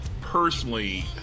personally